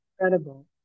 incredible